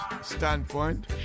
standpoint